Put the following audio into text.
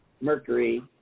Mercury